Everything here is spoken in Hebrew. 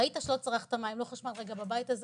ראית שלא צרכו מים ולא חשמל בבית הזה,